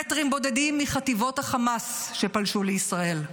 מטרים בודדים מחטיבות החמאס שפלשו לישראל,